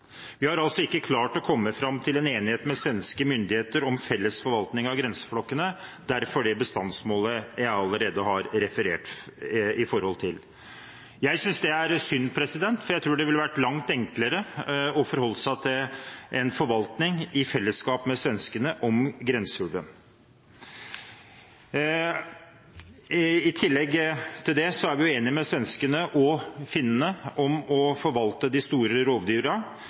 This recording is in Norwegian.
Vi har altså ikke klart å komme fram til en enighet med svenske myndigheter om felles forvaltning av grenseflokkene – derfor det bestandsmålet jeg allerede har referert til. Jeg synes det er synd, for jeg tror det ville vært langt enklere å forholde seg til en forvaltning av grenseulven i fellesskap med svenskene. I tillegg er vi enige med svenskene og finnene om forvaltningen av de store